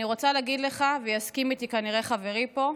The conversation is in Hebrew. אני רוצה להגיד לך, ויסכים איתי כנראה חברי פה,